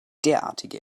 derartige